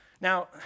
Now